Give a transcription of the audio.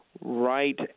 right